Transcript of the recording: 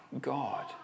God